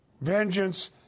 Vengeance